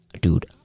dude